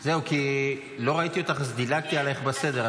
זהו, כי לא ראיתי אותך אז דילגתי עלייך בסדר.